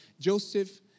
Joseph